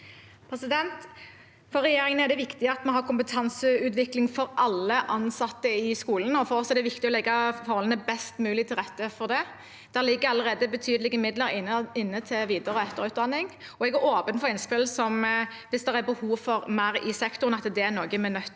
For regjer- ingen er det viktig at det er kompetanseutvikling for alle ansatte i skolen, og for oss er det viktig å legge forholdene best mulig til rette for det. Det ligger allerede inne betydelige midler til etter- og videreutdanning. Jeg er åpen for innspill, og hvis det er behov for mer til sektoren, er det noe vi er nødt til å vurdere